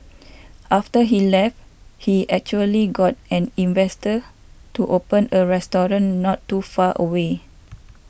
after he left he actually got an investor to open a restaurant not too far away